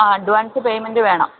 അ advance payment വേണം